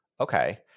Okay